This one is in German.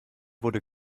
wurde